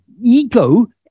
ego